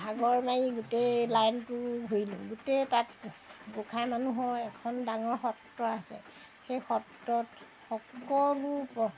ভাগৰ মাৰি গোটেই লাইনটো ঘূৰিলোঁ গোটেই তাত গোঁসাই মানুহৰ এখন ডাঙৰ সত্ৰ আছে সেই সত্ৰত সকলো প